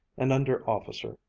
an under-officer,